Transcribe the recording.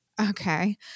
Okay